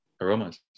aromas